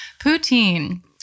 Poutine